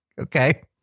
Okay